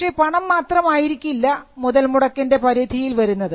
പക്ഷേ പണം മാത്രമായിരിക്കില്ല മുതൽമുടക്കിൻറെ പരിധിയിൽ വരുന്നത്